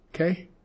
Okay